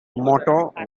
motto